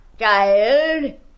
Child